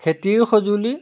খেতিৰ সঁজুলি